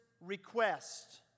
request